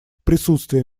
присутствие